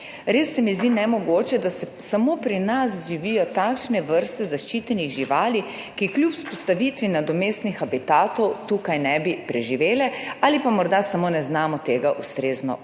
Res se mi zdi nemogoče, da samo pri nas živijo takšne vrste zaščitenih živali, ki kljub vzpostavitvi nadomestnih habitatov tukaj ne bi preživele ali pa morda samo ne znamo tega ustrezno pojasniti.